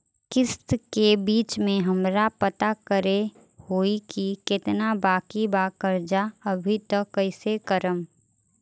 किश्त के बीच मे हमरा पता करे होई की केतना बाकी बा कर्जा अभी त कइसे करम?